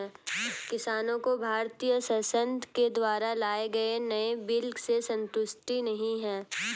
किसानों को भारतीय संसद के द्वारा लाए गए नए बिल से संतुष्टि नहीं है